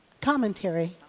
commentary